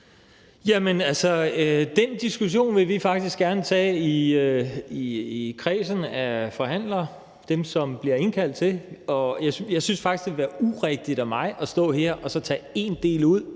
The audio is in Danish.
den diskussion vil vi faktisk gerne tage i kredsen af forhandlere – dem, der bliver indkaldt – og jeg synes faktisk, det ville være urigtigt af mig at stå her og tage én del ud,